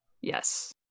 Yes